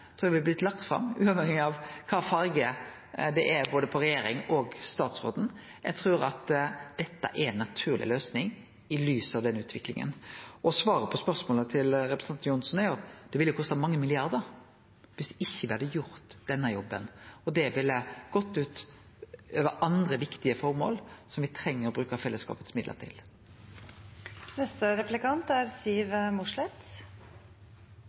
blitt lagd fram uavhengig av fargen på både regjering og statsråd. Eg trur at dette er ei naturleg løysing i lys av utviklinga. Svaret på spørsmålet til representanten Johnsen er at det ville kosta mange milliardar dersom me ikkje hadde gjort denne jobben. Det ville gått ut over andre viktige formål som me treng å bruke fellesskapet sine midlar til. Når banktjenestene faller, er